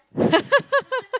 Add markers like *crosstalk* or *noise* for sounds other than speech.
*laughs*